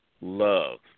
love